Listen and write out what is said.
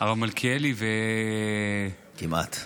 כמעט.